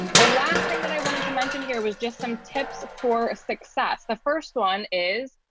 the last thing that i wanted to mention here was just some tips for success. the first one is,